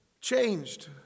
Changed